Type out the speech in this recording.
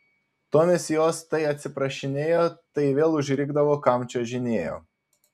tomis jos tai atsiprašinėjo tai vėl užrikdavo kam čiuožinėjo